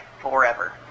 forever